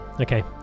Okay